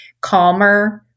calmer